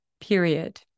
period